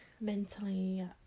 mentally